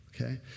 Okay